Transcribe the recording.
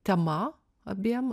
tema abiem